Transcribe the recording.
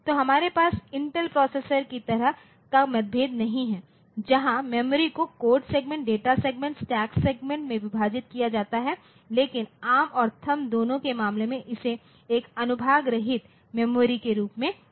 तो हमारे पास इंटेल प्रोसेसर कि तरह का भेदभाव नहीं है जहां मेमोरी को code segment data segment stack segment में विभाजित किया जाता है लेकिन एआरएम और थंब दोनों के मामले में इसे एक अनुभाग रहित मेमोरी के रूप में लिया जाता है